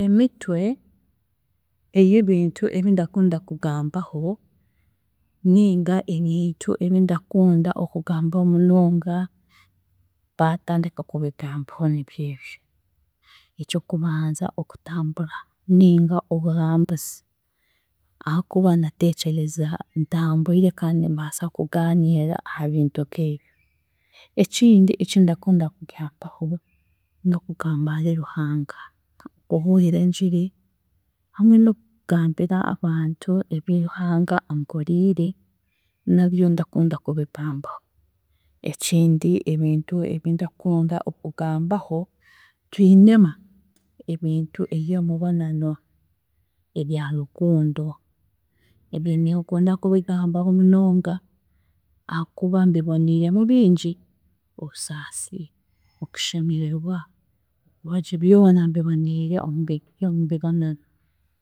Emitwe ey'ebintu ebi ndakunda kugambaho ninga ebintu ebindakunda okugambaho munonga batandika kubigambaho nibyo ebyo; eky'okubanza okutambura ninga oburambuzi, ahakuba ndatekyereza ntambwire kandi nimbaasa kugaaniira aha bintu nk'ebyo. Ekindi ekindakunda kugambaho, n'okugamba ahari Ruhanga, kubuurira engiri hamwe n'okugambira abantu ebi Ruhanga ankoriire, nabyo ndakunda kubigambaho. Ekindi ebintu ebindakunda okugambaho, twinema ebintu eby'omubonano, ebya rukundo, ebyo ninkunda kubigambaho munonga, ahaakuba mbiboniiremu bingi; obusaasi, okushemererwa, naki byona mbiboniire omu bintu by'omubonano.